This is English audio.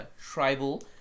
tribal